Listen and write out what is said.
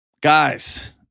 Guys